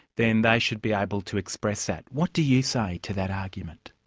then they should be able to express that. what do you say to that argument?